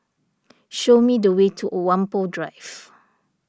show me the way to Whampoa Drive